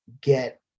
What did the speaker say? get